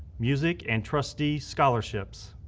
music and trustee scholarships.